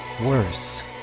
worse